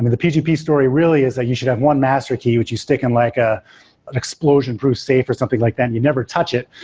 the pgp story really is that you should have one master key, which you stick in like a explosion-proof safe or something like that. you never touch it,